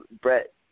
Brett